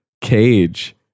cage